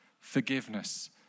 forgiveness